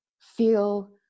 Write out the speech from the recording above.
feel